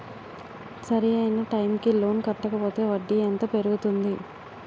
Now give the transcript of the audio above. సరి అయినా టైం కి లోన్ కట్టకపోతే వడ్డీ ఎంత పెరుగుతుంది?